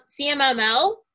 cmml